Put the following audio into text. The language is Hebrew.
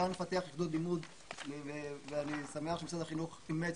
גם לפתח עידוד לימוד ואני שמח שמשרד החינוך אימץ